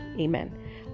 Amen